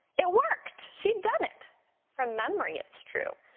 it worked, she'd done it from memory it's true.